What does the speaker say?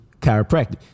chiropractic